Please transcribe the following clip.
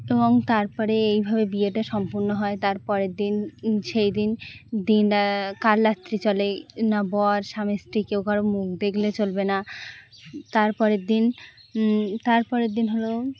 এবং তারপরে এইভাবে বিয়েটা সম্পূর্ণ হয় তারপরের দিন সেই দিন দিন কালরাত্রি চলে না বর স্বামী স্ত্রী কেউ কারুর মুখ দেখলে চলবে না তার পরের দিন তার পরের দিন হলো